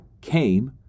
came